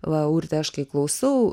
va urte aš kai klausau